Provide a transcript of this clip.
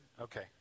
Okay